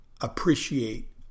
appreciate